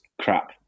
crap